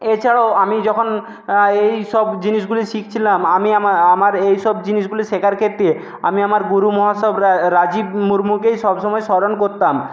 এছাড়াও আমি যখন এই সব জিনিসগুলি শিখছিলাম আমি আমার এই সব জিনিসগুলি শেখার ক্ষেত্রে আমি আমার গুরু রাজীব মুর্মুকেই সবসময় স্মরণ করতাম